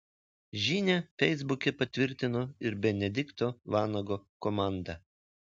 žinią feisbuke patvirtino ir benedikto vanago komanda